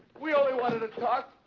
we only wanted to talk.